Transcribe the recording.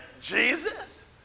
Jesus